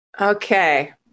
Okay